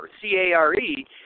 C-A-R-E